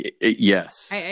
Yes